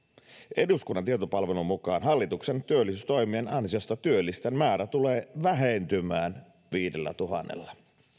eduskunnan tietopalvelun mukaan hallituksen työllisyystoimien ansiosta työllisten määrä tulee vähentymään viidellätuhannella